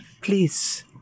Please